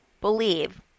believe